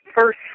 first